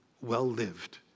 well-lived